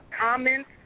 comments